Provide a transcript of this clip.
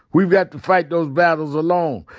we've got to fight those battles alone.